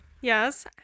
Yes